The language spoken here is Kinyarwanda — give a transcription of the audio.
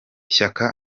shyaka